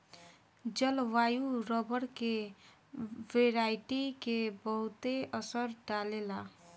जलवायु रबर के वेराइटी के बहुते असर डाले ला